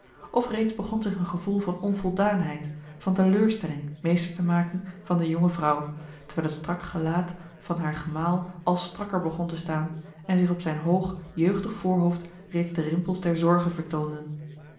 of reeds begon zich een gevoel van onvoldaanheid a l g bosboom-toussaint de delftsche wonderdokter eel van teleurstelling meester te maken van de jonge vrouw terwijl het strak gelaat van haar gemaal al strakker begon te staan en zich op zijn hoog jeugdig voorhoofd reeds de rimpels der zorge vertoonden